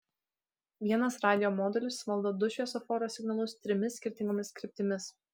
vienas radijo modulis valdo du šviesoforo signalus trimis skirtingomis kryptimis